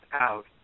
out